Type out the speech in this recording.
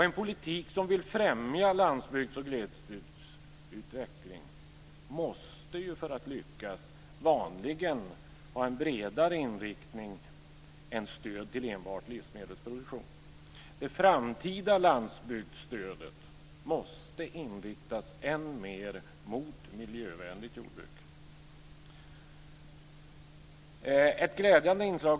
En politik som vill främja landsbygds och glesbygdsutveckling måste för att lyckas vanligen ha en bredare inriktning än stöd till enbart livsmedelsproduktion. Det framtida landsbygdsstödet måste inriktas än mer mot miljövänligt jordbruk. Fru talman!